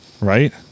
right